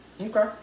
Okay